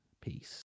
peace